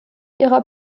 ihrer